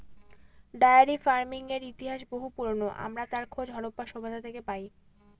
diary ফার্মিংয়ের ইতিহাস বহু পুরোনো, আমরা তার খোঁজ হরপ্পা সভ্যতা থেকে পাই